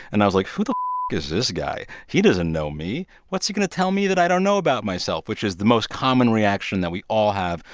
and i was like, who the is this guy? he doesn't know me. what's he going to tell me that i don't know about myself? which is the most common reaction that we all have,